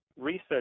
research